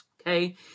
okay